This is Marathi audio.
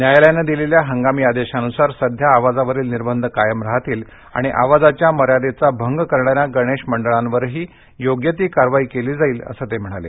न्यायालयानं दिलेल्या हंगामी आदेशानुसार सध्या आवाजावरील निर्बंध कायम राहतील आणि आवाजाच्या मर्यादेचा भंग करणाऱ्या गणेश मंडळावरही योग्य ती कारवाई केली जाईल असं ते म्हणाले